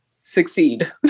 succeed